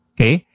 Okay